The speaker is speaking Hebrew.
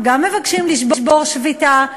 גם מבקשים לשבור שביתה,